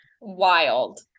Wild